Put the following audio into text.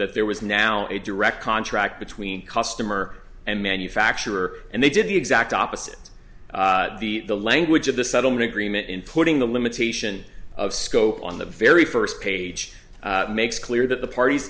that there was now a direct contract between customer and manufacturer and they did the exact opposite the language of the settlement agreement in putting the limitation of scope on the very first page makes clear that the parties